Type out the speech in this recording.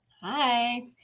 Hi